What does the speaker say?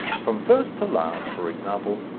from first to last, for example,